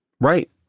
Right